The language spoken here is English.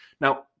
Now